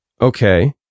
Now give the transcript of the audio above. Okay